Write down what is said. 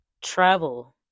travel